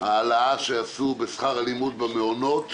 מדובר בהעלאה שעשו בשכר הלימוד במעונות.